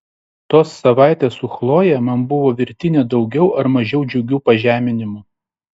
tos savaitės su chloje man buvo virtinė daugiau ar mažiau džiugių pažeminimų